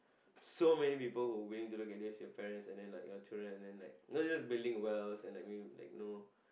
so many people who willing to look at this your parents and then like your children and then like not just building wells and like you like no